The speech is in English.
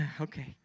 okay